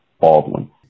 Baldwin